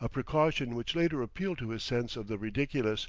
a precaution which later appealed to his sense of the ridiculous,